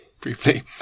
briefly